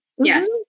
Yes